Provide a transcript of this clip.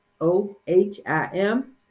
O-H-I-M